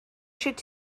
should